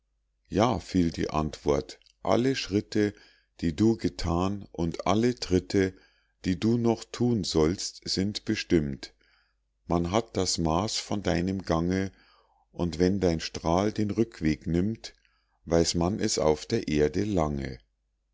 ja fiel die antwort alle schritte die du gethan und alle tritte die du noch thun sollst sind bestimmt man hat das maß von deinem gange und wenn dein strahl den rückweg nimmt weiß man es auf der erde lange